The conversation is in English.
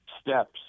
steps